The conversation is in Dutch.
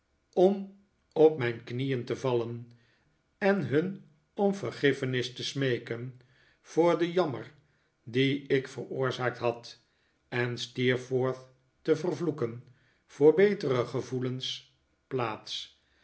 om op mijn knieen te vallen en hun om vergiffenis te smeeken voor den jammer dien ik veroorzaakt had en steerforth te vervloeken voor betere gevoelens plaats